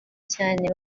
cyane